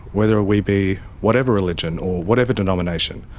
whether we be whatever religion or whatever denomination.